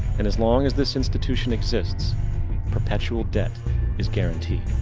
and as long as this institution exists perpetual debt is guaranteed.